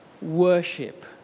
worship